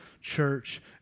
church